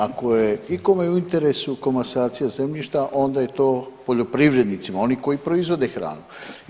Ako je ikome u interesu komasacija zemljišta onda je to poljoprivrednicima oni koji proizvode hranu.